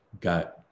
got